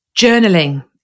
Journaling